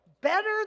better